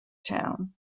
town